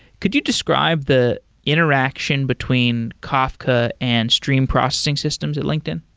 could you describe the interaction between kafka and stream processing systems at linkedin?